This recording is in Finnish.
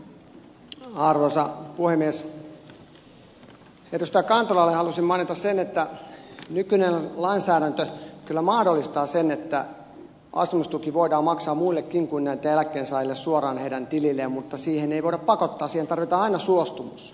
edustaja kantolalle halusin mainita että nykyinen lainsäädäntö kyllä mahdollistaa sen että asumistuki voidaan maksaa muillekin kuin näille eläkkeensaajille suoraan heidän tililleen mutta siihen ei voida pakottaa siihen tarvitaan aina suostumus